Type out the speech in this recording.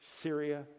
Syria